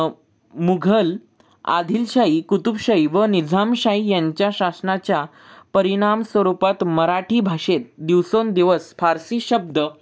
मुघल आदिलशाही कुतुबशाही व निजामशाही यांच्या शासनाच्या परिणाम स्वरूपात मराठी भाषेत दिवसेंदिवस फारसी शब्द